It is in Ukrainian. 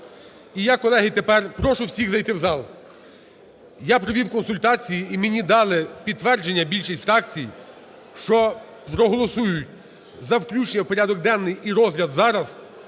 І я, колеги, тепер прошу всіх зайти в зал. Я провів консультації, і мені дали підтвердження більшість фракцій, що проголосують за включення в порядок денний і розгляд зараз